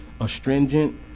astringent